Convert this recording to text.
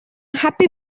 happy